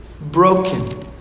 Broken